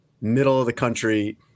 middle-of-the-country